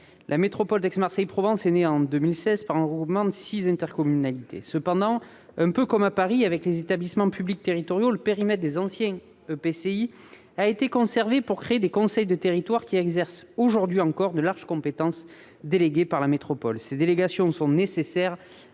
La métropole d'Aix-Marseille-Provence est née en 2016 d'un regroupement de six intercommunalités. Cependant, un peu comme à Paris avec les établissements publics territoriaux, le périmètre des anciens EPCI a été conservé pour créer des conseils de territoire qui exercent encore aujourd'hui de larges compétences déléguées par la métropole. Ces délégations sont nécessaires